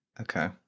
Okay